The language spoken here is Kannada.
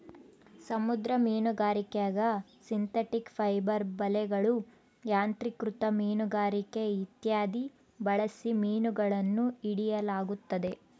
ಸಮುದ್ರ ಮೀನುಗಾರಿಕ್ಯಾಗ ಸಿಂಥೆಟಿಕ್ ಫೈಬರ್ ಬಲೆಗಳು, ಯಾಂತ್ರಿಕೃತ ಮೀನುಗಾರಿಕೆ ಇತ್ಯಾದಿ ಬಳಸಿ ಮೀನುಗಳನ್ನು ಹಿಡಿಯಲಾಗುತ್ತದೆ